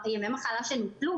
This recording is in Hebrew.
ימי מחלה שהם ניצלו,